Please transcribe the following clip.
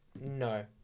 no